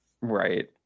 right